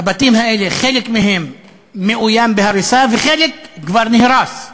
הבתים האלה, חלק מהם מאוים בהריסה, וחלק כבר נהרס,